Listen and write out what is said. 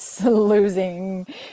losing